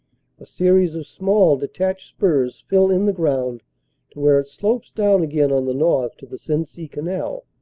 a series of small detached spurs fill in the ground to where it slopes down again on the north to the sensee canal,